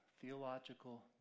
theological